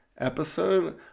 episode